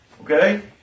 Okay